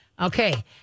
Okay